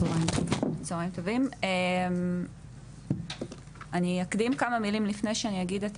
צוהריים טובים אני אקדים כמה מילים לפני שאני אגיד את